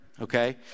okay